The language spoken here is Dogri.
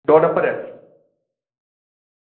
दो डंपर